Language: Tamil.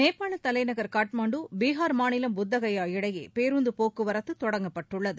நேபாள தலைநகர் காத்மண்டு பீகார் மாநிலம் புத்தகயா இடையே பேருந்து போக்குவரத்து தொடங்கப்பட்டுள்ளது